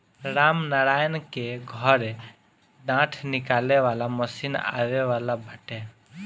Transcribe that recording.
रामनारायण के घरे डाँठ निकाले वाला मशीन आवे वाला बाटे